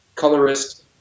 Colorist